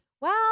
Well-